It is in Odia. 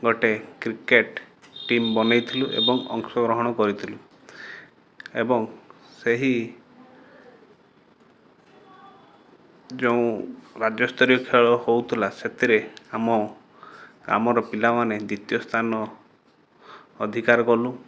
ଗୋଟେ କ୍ରିକେଟ୍ ଟିମ୍ ବନେଇ ଥିଲୁ ଏବଂ ଅଂଶ ଗ୍ରହଣ କରିଥିଲୁ ଏବଂ ସେହି ଯୋଉଁ ରାଜ୍ୟସ୍ତରୀୟ ଖେଳ ହୋଉଥୁଲା ସେଥିରେ ଆମ ଆମର ପିଲାମାନେ ଦ୍ୱିତୀୟ ସ୍ଥାନ ଅଧିକାର କଲୁ